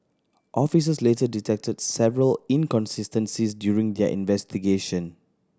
officers later detected several inconsistencies during their investigation